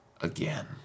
again